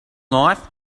life